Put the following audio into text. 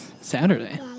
Saturday